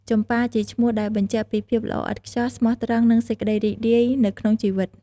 ចំប៉ា ជាឈ្មោះដែលបញ្ជាក់ពីភាពល្អឥតខ្ចោះ ស្មោះត្រង់ និងសេចក្តីរីករាយនៅក្នុងជីវិត។